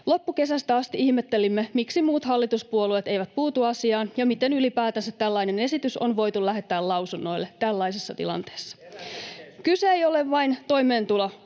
Loppukesästä asti ihmettelimme, miksi muut hallituspuolueet eivät puutu asiaan ja miten ylipäätänsä tällainen esitys on voitu lähettää lausunnoille tällaisessa tilanteessa. [Ben Zyskowicz: Herätys,